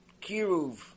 Kiruv